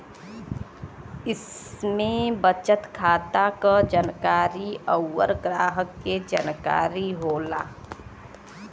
इम्मे बचत खाता क जानकारी अउर ग्राहक के जानकारी होला